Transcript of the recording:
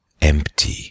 empty